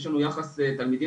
יש לנו יחס תלמידים,